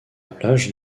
plage